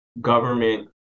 government